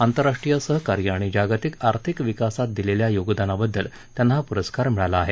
आंतरराष्ट्रीय सहकार्य आणि जागतिक आर्थिक विकासात दिलेल्या योगदानाबद्दल त्यांना हा पुरस्कार मिळाला आहे